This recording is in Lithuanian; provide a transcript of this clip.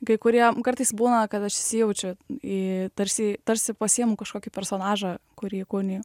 kai kurie kartais būna kad aš įsijaučiu į tarsi tarsi pasiimu kažkokį personažą kurį įkūniju